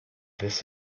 this